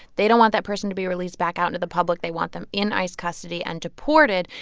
they don't want that person to be released back out into the public. they want them in ice custody and deported.